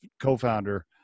co-founder